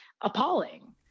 appalling